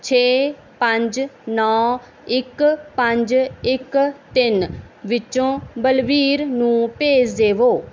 ਛੇ ਪੰਜ ਨੌ ਇੱਕ ਪੰਜ ਇੱਕ ਤਿੰਨ ਵਿੱਚੋਂ ਬਲਬੀਰ ਨੂੰ ਭੇਜ ਦੇਵੋ